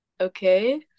okay